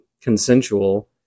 consensual